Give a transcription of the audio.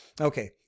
Okay